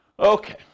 Okay